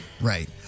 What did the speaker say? right